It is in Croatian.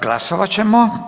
Glasovat ćemo.